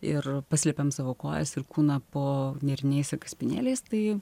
ir paslėpiam savo kojas ir kūną po nėriniais ir kaspinėliais tai